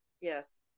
yes